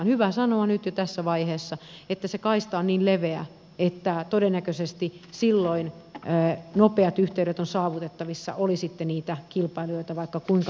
hyvä sanoa nyt jo tässä vaiheessa että se kaista on niin leveä että todennäköisesti silloin nopeat yhteydet ovat saavutettavissa oli niitä kilpailijoita sitten kuinka monta tahansa